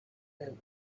been